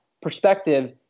perspective